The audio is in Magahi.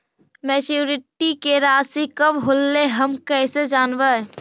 मैच्यूरिटी के रासि कब होलै हम कैसे जानबै?